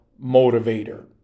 motivator